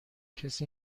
کسی